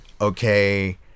Okay